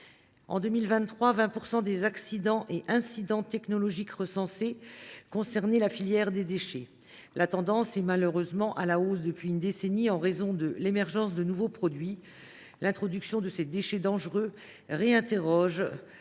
En 2023, 20 % des accidents et incidents technologiques recensés concernaient la filière des déchets. La tendance est malheureusement à la hausse depuis une décennie, en raison de l’émergence de nouveaux produits. L’introduction de ces déchets dangereux réinterroge